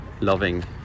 loving